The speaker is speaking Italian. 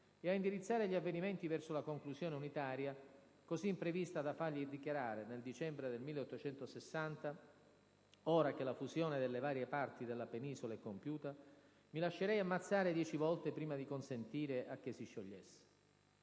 e a indirizzare gli avvenimenti verso la conclusione unitaria, così imprevista da fargli dichiarare, nel dicembre 1860: «Ora che la fusione delle varie parti della Penisola è compiuta, mi lascerei ammazzare dieci volte prima di consentire a che si sciogliesse».